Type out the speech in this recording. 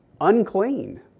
unclean